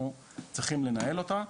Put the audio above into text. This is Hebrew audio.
אנחנו צריכים לנהל אותה,